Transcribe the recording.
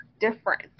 different